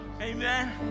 Amen